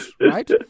right